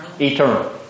Eternal